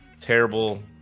terrible